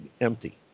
empty